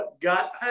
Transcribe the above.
Got